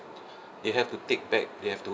they have to take back they have to